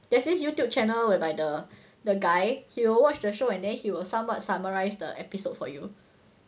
there's this YouTube channel whereby the the guy will watch the show and then he was somewhat summarise the episode for you